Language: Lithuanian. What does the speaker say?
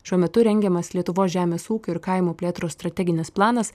šiuo metu rengiamas lietuvos žemės ūkio ir kaimo plėtros strateginis planas